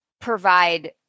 provide